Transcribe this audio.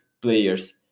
players